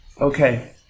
okay